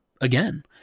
again